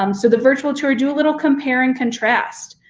um so the virtual tour, do a little compare and contrast.